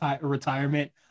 retirement